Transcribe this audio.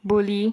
bully